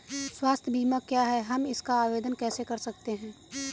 स्वास्थ्य बीमा क्या है हम इसका आवेदन कैसे कर सकते हैं?